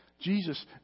Jesus